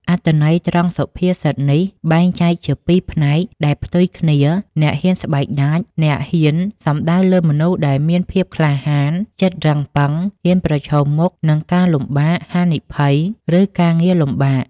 អត្ថន័យត្រង់សុភាសិតនេះបែងចែកជាពីរផ្នែកដែលផ្ទុយគ្នាអ្នកហ៊ានស្បែកដាច អ្នកហ៊ាន សំដៅលើមនុស្សដែលមាន ភាពក្លាហាន ចិត្តរឹងប៉ឹង ហ៊ានប្រឈមមុខ នឹងការលំបាក ហានិភ័យ ឬការងារលំបាក។